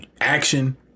Action